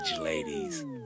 ladies